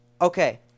Okay